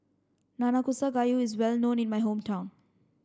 Nanakusa Gayu is well known in my hometown